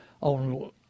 on